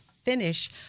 Finish